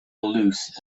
loose